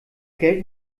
geld